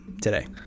today